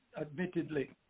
admittedly